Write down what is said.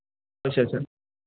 ꯍꯣꯏ ꯁꯥꯔ ꯁꯥꯔ